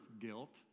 guilt